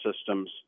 systems